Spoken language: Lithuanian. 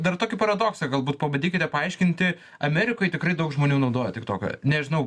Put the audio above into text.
dar tokį paradoksą galbūt pabandykite paaiškinti amerikoj tikrai daug žmonių naudoja tiktoką nežinau